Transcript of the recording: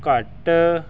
ਘੱਟ